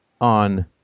on